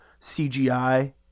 CGI